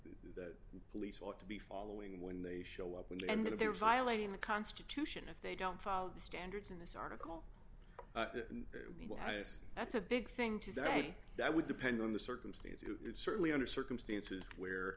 the police ought to be following when they show up and that they're violating the constitution if they don't follow the standards in this article he was that's a big thing to say that would depend on the circumstances it's certainly under circumstances where